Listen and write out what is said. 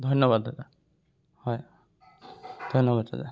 ধন্যবাদ দাদা হয় ধন্যবাদ দাদা